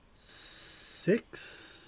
Six